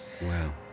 Wow